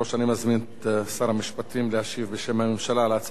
אני מזמין את שר המשפטים להשיב בשם הממשלה על הצעת החוק.